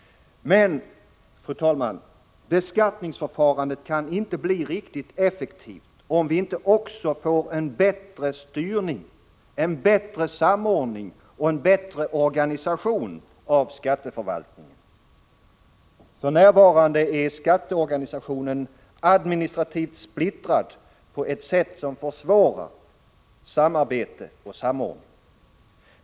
Men, fru talman, beskattningsförfarandet kan inte bli riktigt effektivt om vi inte också får en bättre styrning, en bättre samordning och en bättre organisation av skatteförvaltningen. För närvarande är skatteorganisationen administrativt splittrad på ett sätt som försvårar samarbete och samordning.